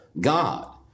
God